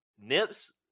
Nips